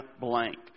Blank